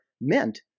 meant